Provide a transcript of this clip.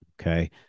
Okay